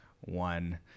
one